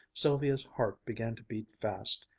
sylvia's heart began to beat fast,